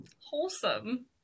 wholesome